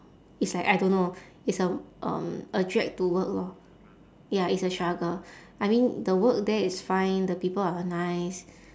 it's like I don't know it's a um a drag to work lor ya it's a struggle I mean the work there is fine the people are nice